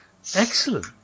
Excellent